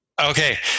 Okay